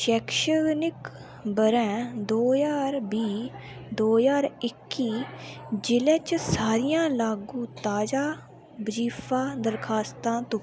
शैक्षणिक ब'रे दो ज्हार बीह् दो ज्हार इक्की जि'ले च सारियां लागू ताज़ा बजीफा दरखास्तां तुप्पो